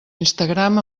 instagram